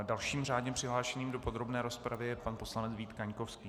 Dalším řádně přihlášeným do podrobné rozpravy je pan poslanec Vít Kaňkovský.